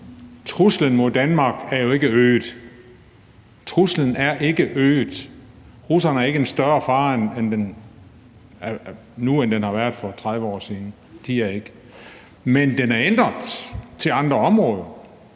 Truslen mod Danmark er jo ikke øget; truslen er ikke øget. Russerne udgør ikke en større fare nu, end de gjorde for 30 år siden. Men truslen er ændret til andre områder.